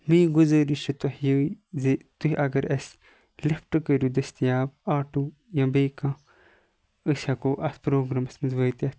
میٲنۍ گُزٲرِش چھِ تۄہہِ یی زِ تُہۍ اَگَر اَسہِ لِفٹ کٔرِو دستِیاب آٹو یا بیٚیہِ کانٛہہ أسۍ ہیٚکو اَتھ پروگرامَس مَنٛز وٲتِتھ